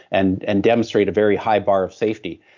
and and demonstrate a very high bar of safety.